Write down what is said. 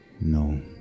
No